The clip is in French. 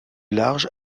large